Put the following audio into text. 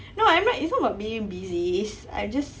no I'm not it's not about being busy it's I just